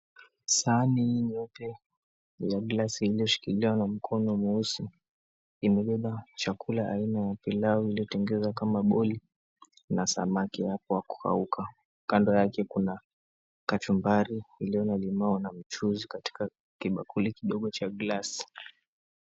Sahani hii yote ya glasi iliyoshikiliwa na mkono mweusi imebeba chakula ya aina ya pilau iliyotengezwa kama boli na samaki hapo wakukauka. Kando yake kuna kachumbari iliyo na limao na michuzi katika kibakuli kidogo cha glasi.